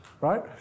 right